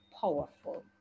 powerful